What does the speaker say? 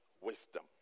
wisdom